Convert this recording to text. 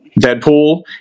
Deadpool